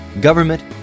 government